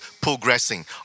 progressing